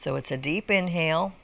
so it's a deep inhale